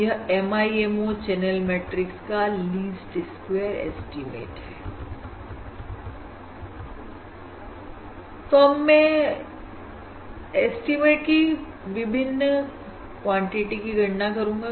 यह MIMO channel matrix का least square estimate है तो अब मैं एस्टीमेटकी विभिन्न क्वांटिटी की गणना करूंगा